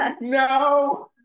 no